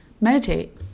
Meditate